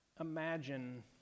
imagine